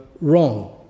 wrong